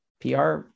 PR